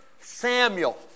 Samuel